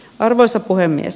arvoisa puhemies